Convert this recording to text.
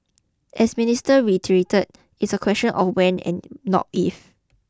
as Minister reiterated it's a question of when and not if